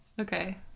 Okay